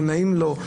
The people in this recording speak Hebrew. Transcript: לא נעים לו,